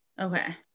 Okay